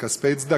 זה כספי צדקה.